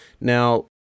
Now